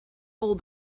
all